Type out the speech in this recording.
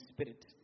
Spirit